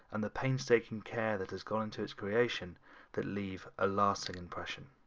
and the painstaking care that has gone into its creation that leave a lasting impression.